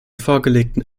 vorgelegten